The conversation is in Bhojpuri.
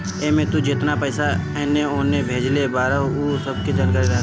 एमे तू जेतना पईसा एने ओने भेजले बारअ उ सब के जानकारी रहत बा